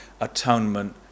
atonement